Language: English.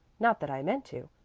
not that i meant to.